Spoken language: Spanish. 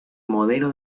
modelo